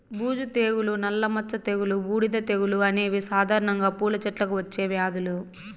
బూజు తెగులు, నల్ల మచ్చ తెగులు, బూడిద తెగులు అనేవి సాధారణంగా పూల చెట్లకు వచ్చే వ్యాధులు